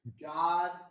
God